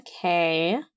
okay